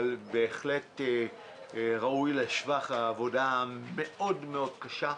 בהחלט ראויה לשבח העבודה המאוד מאוד קשה,